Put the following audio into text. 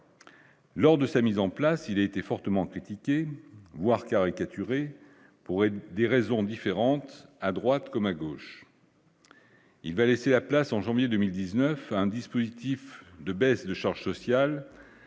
lors de sa mise en place, il a été fortement critiquée, voire caricaturer pour des raisons différentes, à droite comme à gauche. Il va laisser la place, en janvier 2019, un dispositif de baisses de charges sociales